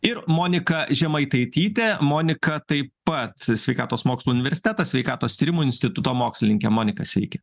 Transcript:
ir monika žemaitaitytė monika taip pat sveikatos mokslų universitetas sveikatos tyrimų instituto mokslininkė monika sveiki